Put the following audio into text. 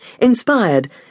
inspired